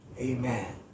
Amen